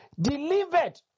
delivered